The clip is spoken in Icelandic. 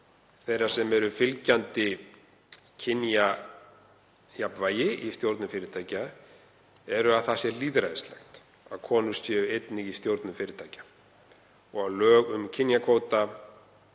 þeirra sem eru fylgjandi kynjajafnvægi í stjórnum fyrirtækja eru að það sé lýðræðislegt að konur séu einnig í stjórnum fyrirtækja. Lög um kynjakvóta